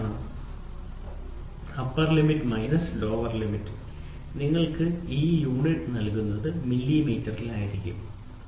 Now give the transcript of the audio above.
അനുവദനീയമായ പരമാവധി tolerance upper limit minus lower limit നിങ്ങൾക്ക് ഈ യൂണിറ്റ് നൽകുന്നത് മില്ലിമീറ്ററായിരിക്കും ശരി